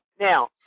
Now